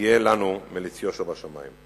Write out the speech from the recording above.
יהיה לנו מליץ יושר בשמים.